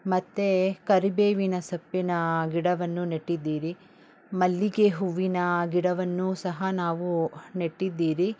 ಮತ್ತು ಕರಿಬೇವಿನ ಸೊಪ್ಪಿನ ಗಿಡವನ್ನು ನೆಟ್ಟಿದ್ದೀರಿ ಮಲ್ಲಿಗೆ ಹೂವಿನ ಗಿಡವನ್ನೂ ಸಹ ನಾವು ನೆಟ್ಟಿದ್ದೀರಿ